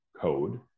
code